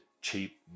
Cheap